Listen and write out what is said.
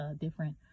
different